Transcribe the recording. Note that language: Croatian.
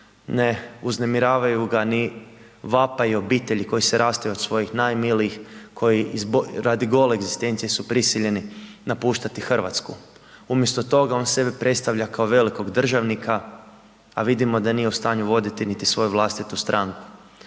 ne uznemiravaju ga ni vapaji obitelji koji se rastaju od svojih najmilijih, koji radi gole egzistencije su prisiljeni napuštati RH, umjesto toga on sebe predstavlja kao velikog državnika, a vidimo da nije u stanju voditi niti svoju vlastitu stranku,